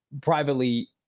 privately